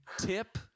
tip